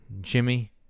jimmy